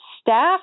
staff